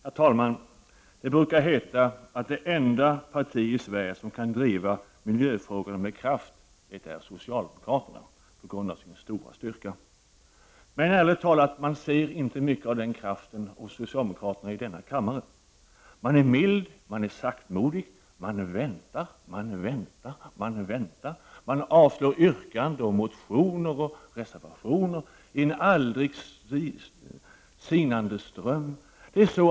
Herr talman! Det brukar heta att det enda parti i Sverige som kan driva miljöfrågorna med kraft är socialdemokraterna och detta på grund av socialdemokraternas stora styrka. Men ärligt talat ser man inte mycket av denna kraft hos socialdemokraterna i denna kammare. Man är mild, saktmodig och man väntar, man väntar. Och man avslår yrkanden, motioner och reservationer i en aldrig sinande ström.